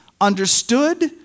understood